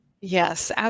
Yes